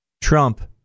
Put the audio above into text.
Trump